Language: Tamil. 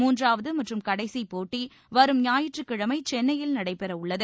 மூன்றாவது மற்றும் கடைசி போட்டி வரும் ஞாயிற்றுகிழமை சென்னையில் நடைபெற உள்ளது